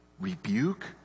rebuke